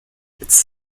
its